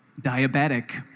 diabetic